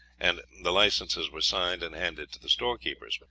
and the licenses were signed and handed to the storekeepers.